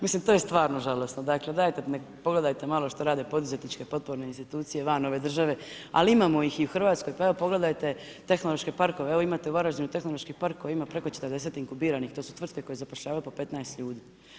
Mislim to je stvarno žalosno, dakle, dajte pogledajte malo što rade poduzetničke potporne institucije van ove države ali imamo ih i u Hrvatskoj, pa evo pogledajte tehnološke parkove, evo imate u Varaždinu tehnološki park koji ima preko 40 inkubiranih, to su tvrtke koje zapošljavaju po 15 ljudi.